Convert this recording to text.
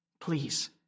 Please